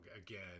again